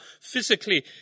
physically